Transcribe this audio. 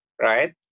Right